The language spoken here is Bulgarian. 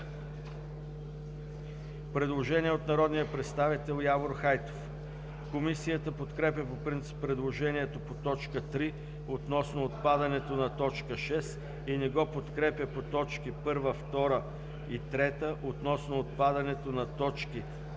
Предложение от народния представител Явор Хайтов. Комисията подкрепя по принцип предложението по т. 3 относно отпадането на т. 6 и не го подкрепя по т. 1, 2 и т. относно отпадането на т. 3,